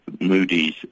Moody's